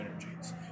energies